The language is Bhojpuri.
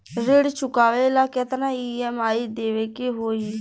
ऋण चुकावेला केतना ई.एम.आई देवेके होई?